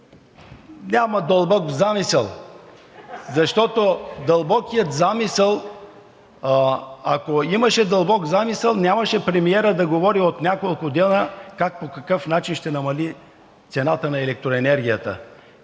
няма дълбок замисъл (смях и оживление), защото, ако имаше дълбок замисъл, нямаше премиерът да говори от няколко дена как, по какъв начин ще намали цената на електроенергията.